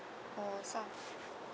or staffs